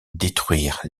détruire